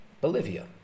Bolivia